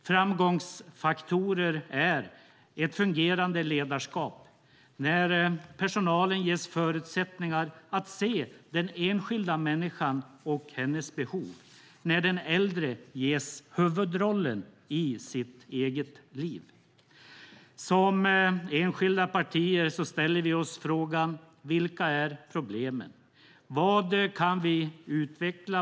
Framgångsfaktorer är ett fungerande ledarskap, när personalen ges förutsättningar att se den enskilda människan och hennes behov och när den äldre ges huvudrollen i sitt eget liv. Som enskilda partier ställer vi oss frågorna: Vilka är problemen? Vad kan vi utveckla?